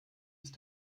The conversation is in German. ist